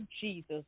Jesus